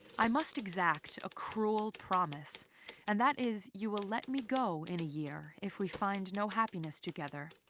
i must exact a cruel promise and that is you will let me go in a year if we find no happiness together.